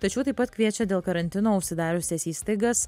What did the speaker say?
tačiau taip pat kviečia dėl karantino užsidariusias įstaigas